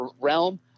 realm